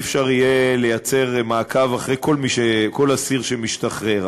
לא יהיה אפשר לייצר מעקב אחרי כל אסיר שמשתחרר,